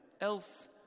Else